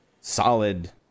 solid